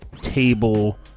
table